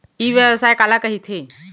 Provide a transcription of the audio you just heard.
ई व्यवसाय काला कहिथे?